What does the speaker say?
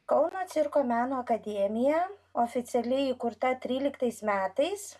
kauno cirko meno akademija oficialiai įkurta tryliktaisais metais